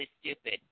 stupid